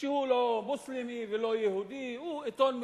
שהוא לא מוסלמי ולא יהודי, הוא עיתון מכובד,